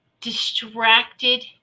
distracted